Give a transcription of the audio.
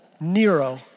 Nero